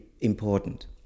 important